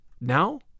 now